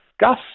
Gus